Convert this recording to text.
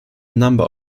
number